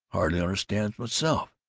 hardly understand myself.